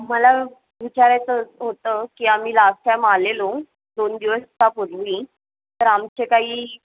मला विचारायचं होतं की आम्ही लास्ट टाईम आलेलो दोन दिवसापूर्वी तर आमचे काही